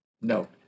No